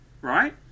Right